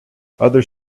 others